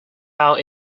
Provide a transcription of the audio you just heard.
out